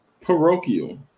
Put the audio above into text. Parochial